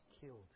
killed